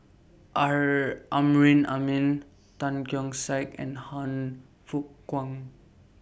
Amrin Amin Tan Keong Saik and Han Fook Kwang